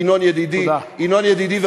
ינון ידידי,